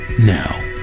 now